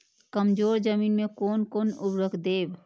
कमजोर जमीन में कोन कोन उर्वरक देब?